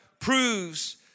proves